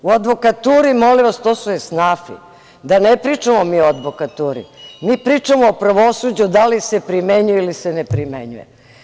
U advokaturi, to su esnafi, da ne pričamo mi o advokaturi, mi pričamo o pravosuđu da li se primenjuje ili se ne primenjuje.